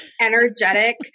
energetic